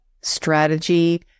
strategy